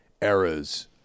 eras